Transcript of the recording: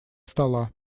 стола